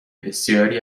بسیاری